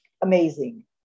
amazing